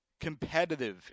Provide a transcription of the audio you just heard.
competitive